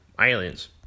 Aliens